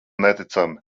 neticami